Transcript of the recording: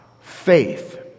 faith